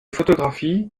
photographies